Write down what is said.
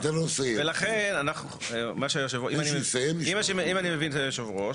אם אני מבין את היושב-ראש,